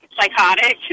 psychotic